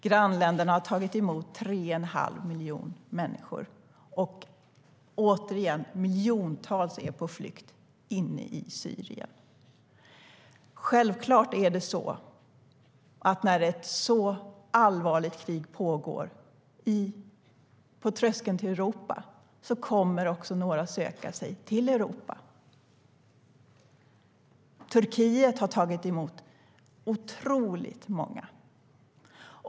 Grannländerna har tagit emot 3 1⁄2 miljon människor, och - återigen - miljontals är på flykt inne i Syrien.Självklart är det så att när ett så allvarligt krig pågår på tröskeln till Europa kommer några att söka sig till Europa. Turkiet har tagit emot otroligt många.